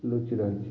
ଲୁଚି ରହିଛି